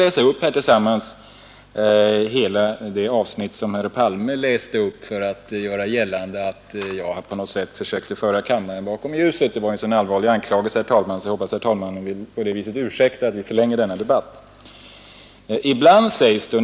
Låt mig därför läsa upp hela det avsnitt som herr Palme hänvisade till för att göra gällande att jag på något sätt försökte föra kammarens ledamöter bakom ljuset — det var en så allvarlig anklagelse att jag hoppas att herr talmannen ursäktar att jag förlänger debatten med detta.